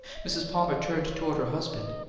mrs. palmer turned toward her husband.